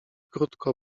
krótko